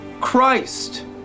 Christ